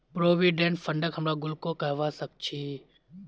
provident फंडक हमरा गुल्लको कहबा सखछी